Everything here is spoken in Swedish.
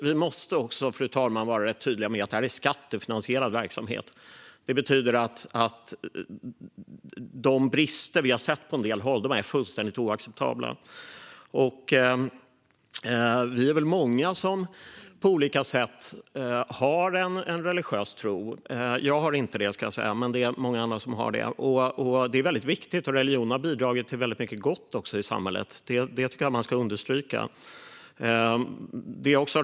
Vi måste också, fru talman, vara tydliga med att detta är skattefinansierad verksamhet. Det betyder att de brister vi har sett på en del håll är fullständigt oacceptabla. Det är många som på olika sätt har en religiös tro. Jag har inte det, ska jag säga, men det är många andra som har det. Det är väldigt viktigt. Religion har också bidragit till mycket gott i samhället. Det tycker jag att man ska understryka.